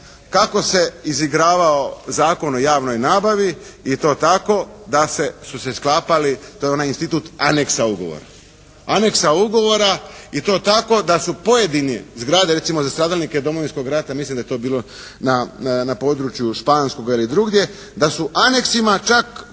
kako se izigravao Zakon o javnoj nabavi i to tako da se, su se sklapali, to je onaj institut anexa ugovora. Anexa ugovora i to tako da su pojedine zgrade recimo za stradalnike Domovinskog rata, mislim da je to bilo na području Španskoga ili drugdje da su anexima čak